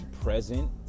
present